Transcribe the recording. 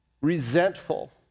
resentful